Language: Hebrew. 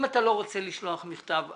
אם אתה לא רוצה לשלוח מכתב,